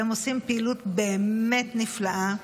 והם עושים פעילות באמת נפלאה.